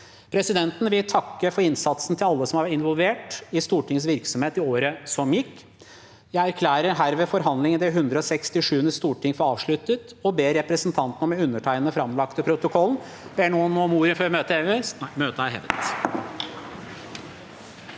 Presidenten vil takke for innsatsen til alle som har vært involvert i Stortingets virksomhet i året som gikk. Jeg erklærer herved forhandlingene i det 167. storting for avsluttet og ber representantene om å undertegne den framlagte protokollen. Ber noen om ordet før møtet heves?